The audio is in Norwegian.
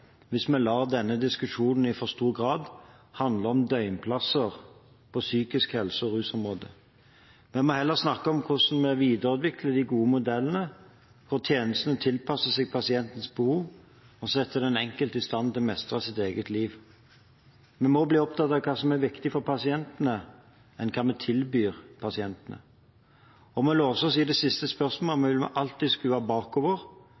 hvis vi lar denne diskusjonen i for stor grad handle om døgnplasser på psykisk helse- og rusområdet. Vi må heller snakke om hvordan vi videreutvikler de gode modellene, hvor tjenestene tilpasser seg pasientens behov og setter den enkelte i stand til å mestre sitt eget liv. Vi må også bli mer opptatt av hva som er viktig for pasientene enn hva vi tilbyr pasientene. Om vi låser oss i det siste spørsmålet, vil vi alltid skue bakover